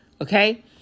Okay